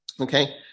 Okay